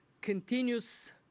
continues